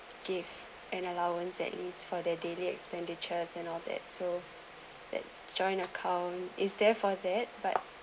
give an allowance at least for their daily expenditures and all that so that joint account is there for that but